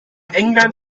england